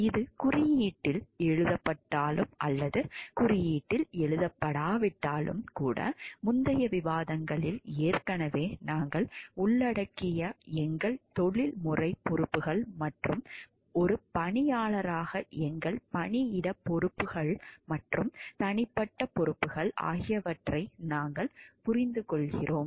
இது குறியீட்டில் எழுதப்பட்டாலும் அல்லது குறியீட்டில் எழுதப்படாவிட்டாலும் கூட முந்தைய விவாதங்களில் ஏற்கனவே நாங்கள் உள்ளடக்கிய எங்கள் தொழில்முறை பொறுப்புகள் மற்றும் ஒரு பணியாளராக எங்கள் பணியிட பொறுப்புகள் மற்றும் தனிப்பட்ட பொறுப்புகள் ஆகியவற்றை நாங்கள் புரிந்துகொள்கிறோம்